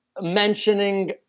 mentioning